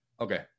Okay